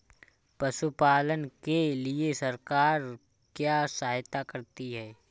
पशु पालन के लिए सरकार क्या सहायता करती है?